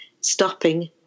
stopping